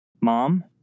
Mom